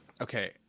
Okay